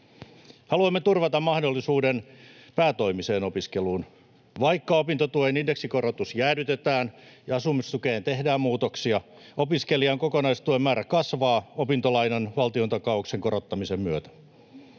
Haluamme turvata mahdollisuuden päätoimiseen opiskeluun. Vaikka opintotuen indeksikorotus jäädytetään ja asumistukeen tehdään muutoksia, opiskelijan kokonaistuen määrä kasvaa opintolainan valtiontakauksen korottamisen myötä.